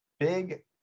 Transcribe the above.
big